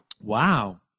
Wow